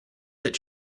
that